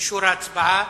אישור ההצבעה,